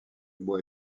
bois